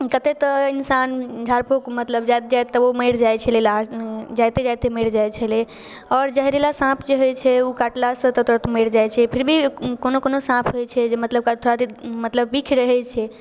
कते तऽ इंसान झाड़ फूँक मतलब जाइत जाइत तऽ ओ मरि जाइ छलै ला जाइते जाइते मरि जाइ छलै आओर जहरीला साँप जे होइ छै उ काटलासँ तऽ तुरत मरि जाइ छै फिर भी कोनो कोनो साँप होइ छै जे मतलब थोड़ा देर मतलब बिख रहै छै